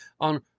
on